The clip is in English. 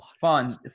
Fun